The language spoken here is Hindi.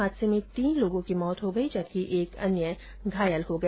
हादसे में तीन लोगों की मौत हो गई जबकि एक व्यक्ति घायल हो गया